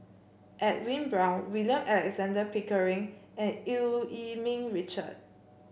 Edwin Brown William Alexander Pickering and Eu Yee Ming Richard